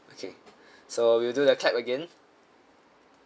okay so we will do the clap again